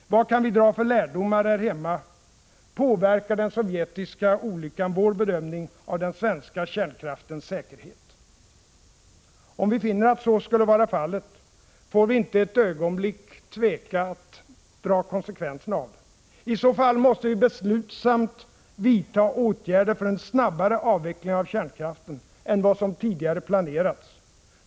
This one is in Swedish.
Vilka lärdomar kan vi dra här hemma? Påverkar den sovjetiska olyckan vår bedömning av de svenska kärnkraftverkens säkerhet? Om vi finner att så skulle vara fallet, får vi inte ett ögonblick tveka att dra konsekvenserna av det. I så fall måste vi beslutsamt vidta åtgärder för en snabbare avveckling av kärnkraften än vad som tidigare planerats.